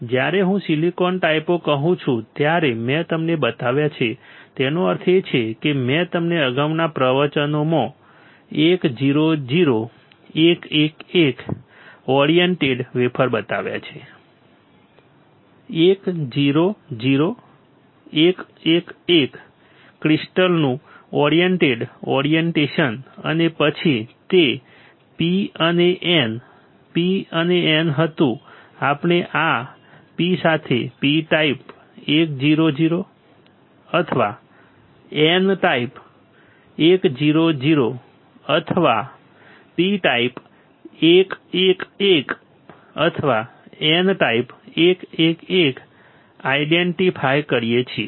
જ્યારે હું સિલિકોનના ટાઈપો કહું છું ત્યારે મેં તમને બતાવ્યા છે તેનો અર્થ એ છે કે મેં તમને અગાઉના પ્રવચનોમાં 1 0 0 1 1 1 ઓરિએન્ટેડ વેફર્સ બતાવ્યા છે 1 0 0 1 1 1 ક્રિસ્ટલનુ ઓરિએન્ટેડ ઓરિએન્ટેશન અને પછી તે P અને N P અને N હતું આપણે આ P સાથે P ટાઇપ 1 0 0 અથવા N ટાઇપ 1 0 0 અથવા P ટાઇપ 1 1 1 અથવા N ટાઇપ 1 1 આઇડેન્ટીફાય કરીએ છીએ